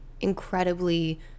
incredibly